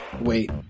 Wait